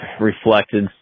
reflected